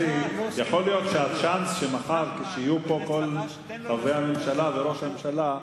יכול להיות שיש צ'אנס שמחר שיהיו פה כל חברי הממשלה וראש הממשלה.